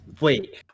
wait